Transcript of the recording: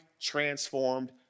transformed